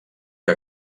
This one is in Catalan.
que